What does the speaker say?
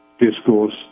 discourse